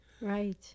Right